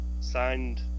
Signed